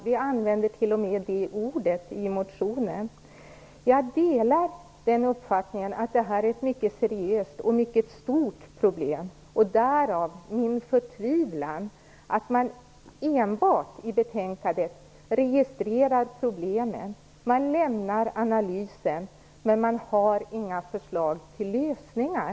Vi använder t.o.m. det ordet i motionen. Jag delar den uppfattningen att det här är ett mycket seriöst och mycket stort problem, därav min förtvivlan över att man i betänkandet enbart registrerar problemen. Man lämnar analysen, men man har inga förslag till lösningar.